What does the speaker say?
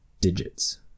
digits